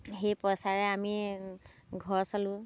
সেই পইচাৰে আমি ঘৰ চলোঁ